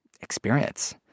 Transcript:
experience